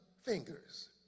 fingers